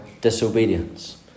disobedience